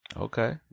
Okay